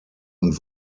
und